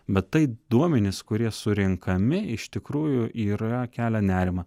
bet tai duomenys kurie surenkami iš tikrųjų yra kelia nerimą